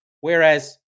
Whereas